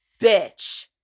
Bitch